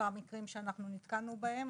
עשרה מקרים שאנחנו נתקלנו בהם.